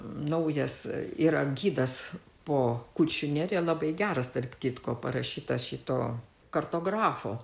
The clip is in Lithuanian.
naujas yra gidas po kuršių neriją labai geras tarp kitko parašytas šito kartografo